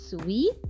sweet